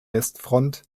westfront